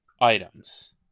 items